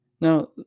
now